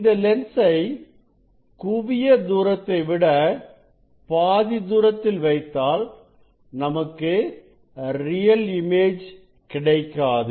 இந்த லென்சை குவிய தூரத்தை விட பாதி தூரத்தில் வைத்தால் நமக்கு ரியல் இமேஜ் கிடைக்காது